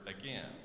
again